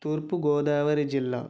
తూర్పు గోదావరి జిల్లా